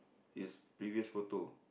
his previous photo